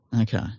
Okay